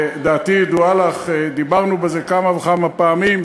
דעתי ידועה לך, דיברנו על זה כמה וכמה פעמים.